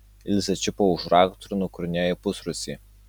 ilzė čiupo už raktų ir nukurnėjo į pusrūsį